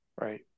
right